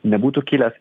nebūtų kilęs